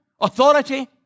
authority